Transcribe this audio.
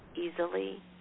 easily